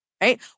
right